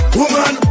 woman